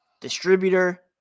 distributor